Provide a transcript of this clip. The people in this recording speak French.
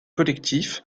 collectif